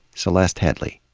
celeste headlee.